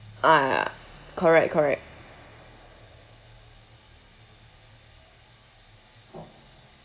ah correct correct